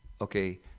Okay